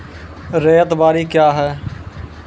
रैयत बाड़ी क्या हैं?